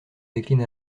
décline